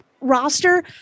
roster